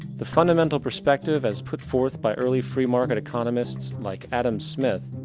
the fundamental perspective as put forth by early free market economists, like adam smith,